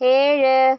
ഏഴ്